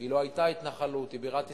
היא לא היתה התנחלות, היא בירת ישראל.